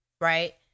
right